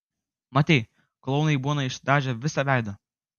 matei klounai būna išsidažę visą veidą